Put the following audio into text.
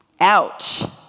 Ouch